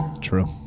True